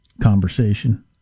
conversation